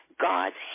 God's